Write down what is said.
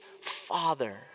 father